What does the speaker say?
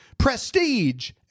prestige